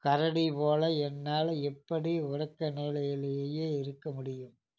கரடிப் போல என்னால் எப்படி உறக்க நிலையிலேயே இருக்க முடியும்